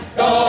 go